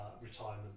retirement